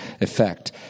effect